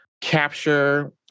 capture